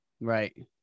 right